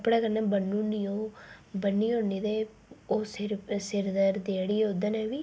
कपड़े कन्नै बन्नी ओड़नी ओह् बन्नी ओड़नी ते ओह् सिर सिर दर्द जेह्ड़ी ओह्दे ने बी